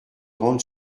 rendre